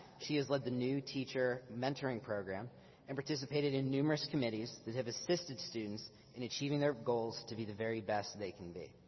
she has led the new teacher mentoring program and participated in numerous committees that have assisted students in achieving their goals to be the very best they can be.